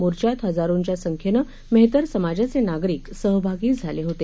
मोर्चात हजारोंच्या संख्येनं मेहतर समाजाचे नागरिक सहभागी झाले होते